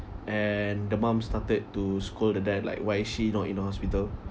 and the mum started to scold the dad like why is she not in the hospital